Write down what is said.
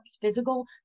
physical